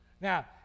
Now